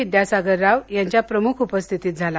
विदयासागर राव यांच्या प्रमुख उपस्थितीत झाला